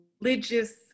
religious